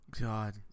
God